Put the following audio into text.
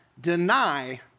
deny